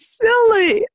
silly